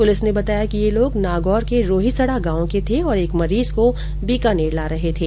police ने बताया कि ये लोग नागौर के रोहिसडा गांव के थे और एक मरीज को बीकानेर ला रहे थे